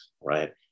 right